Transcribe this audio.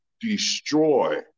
destroy